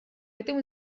этом